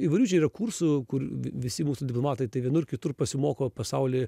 įvairių čia yra kursų kur visi mūsų diplomatai tai vienur kitur pasimoko pasauly